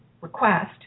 request